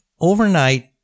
overnight